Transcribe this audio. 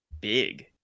big